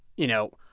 you know,